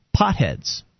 potheads